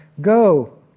Go